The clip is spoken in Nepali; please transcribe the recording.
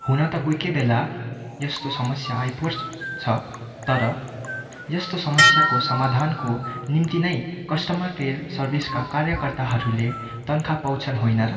हुन त कोही कोही बेला यस्तो समस्या आइपर्छ तर यस्तो समस्याको समाधानको निम्ति नै कस्टमर केयर सर्भिसका कार्यकर्ताहरूले तनखा पाउँछन् होइन र